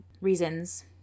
reasons